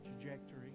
trajectory